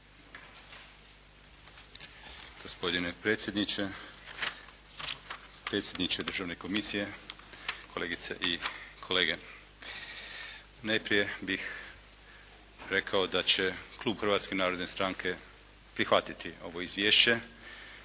Gospodine predsjedniče, predsjedniče državne komisije, kolegice i kolege. Najprije bih rekao da će klub Hrvatske narodne stranke prihvatiti ovo izvješće.